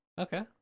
Okay